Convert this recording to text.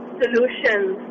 solutions